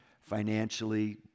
financially